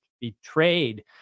betrayed